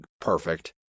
perfect